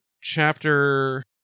chapter